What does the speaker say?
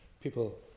people